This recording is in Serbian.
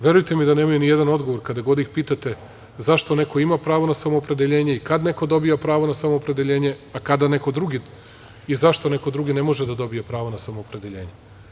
Verujte mi da nemaju ni jedan odgovor kada god ih pitate zašto neko ima pravo na samoopredeljenje i kad neko dobija pravo na samoopredeljenje, a kada neko drugi i zašto neko drugi ne može da dobije pravo na samoopredeljenje.